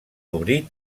obrir